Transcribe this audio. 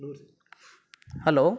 hello